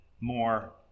more